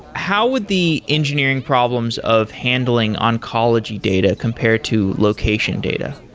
how would the engineering problems of handling oncology data compared to location data?